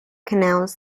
canals